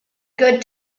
good